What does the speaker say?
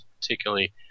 particularly